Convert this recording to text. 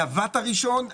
לוואט הראשון,